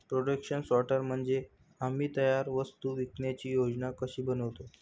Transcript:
production sorter म्हणजे आम्ही तयार वस्तू विकण्याची योजना कशी बनवतो